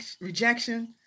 rejection